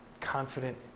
confident